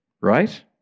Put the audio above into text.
right